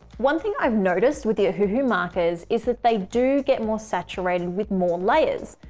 one thing i've noticed with yeah ohuhu markers is that they do get more saturated with more layers.